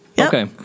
Okay